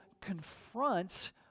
confronts